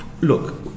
Look